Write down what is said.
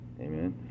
amen